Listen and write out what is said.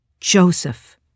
Joseph